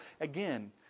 again